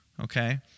Okay